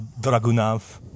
Dragunov